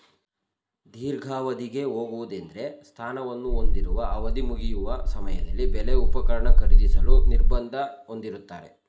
ದೀರ್ಘಾವಧಿಗೆ ಹೋಗುವುದೆಂದ್ರೆ ಸ್ಥಾನವನ್ನು ಹೊಂದಿರುವ ಅವಧಿಮುಗಿಯುವ ಸಮಯದಲ್ಲಿ ಬೆಲೆ ಉಪಕರಣ ಖರೀದಿಸಲು ನಿರ್ಬಂಧ ಹೊಂದಿರುತ್ತಾರೆ